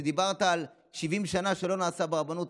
כשדיברת על 70 שנה שלא נעשה ברבנות,